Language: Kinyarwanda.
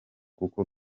kuko